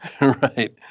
Right